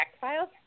Files